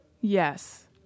Yes